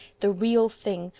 the real thing,